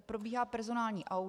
Probíhá personální audit.